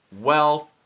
Wealth